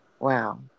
Wow